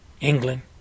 England